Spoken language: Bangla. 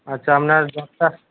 আচ্ছা আপনার জ্বরটা